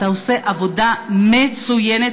אתה עושה עבודה מצוינת,